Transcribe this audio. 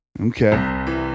okay